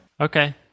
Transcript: Okay